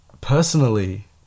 personally